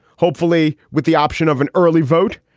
hopefully with the option of an early vote,